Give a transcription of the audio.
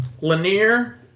Lanier